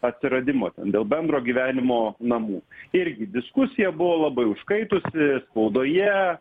atsiradimo ten dėl bendro gyvenimo namų irgi diskusija buvo labai užkaitusi spaudoje